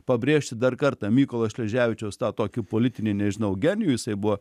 pabrėžti dar kartą mykolo šleževičiaus tą tokį politinį nežinau genijus jisai buvo